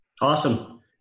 awesome